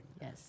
Yes